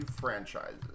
franchises